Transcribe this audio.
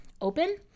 open